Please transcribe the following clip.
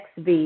XV